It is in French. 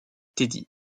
teddy